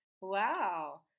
Wow